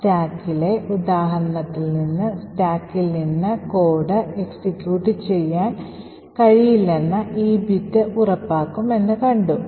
സ്റ്റാക്കിലെ ഉദാഹരണത്തിൽ നിന്ന് സ്റ്റാക്കിൽ നിന്ന് കോഡ് എക്സിക്യൂട്ട് ചെയ്യാൻ കഴിയില്ലെന്ന് ഈ ബിറ്റ് ഉറപ്പാക്കും എന്ന് കണ്ടു